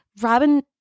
Robin